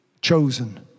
chosen